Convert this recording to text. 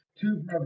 two